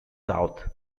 south